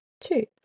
Two